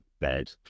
bed